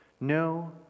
No